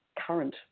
current